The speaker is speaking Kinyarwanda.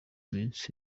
misiri